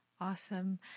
awesome